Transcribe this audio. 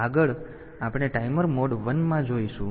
તેથી આગળ આપણે ટાઈમર મોડ 1 માં જોઈશું